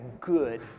good